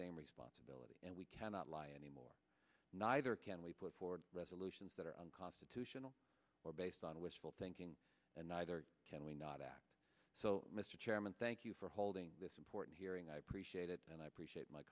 same responsibility and we cannot lie anymore neither can we put forward resolutions that are unconstitutional or based on wishful thinking and neither can we not act so mr chairman thank you for holding this important hearing i appreciate it and i appreciate my